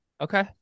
Okay